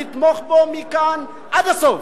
נתמוך בו מכאן עד הסוף,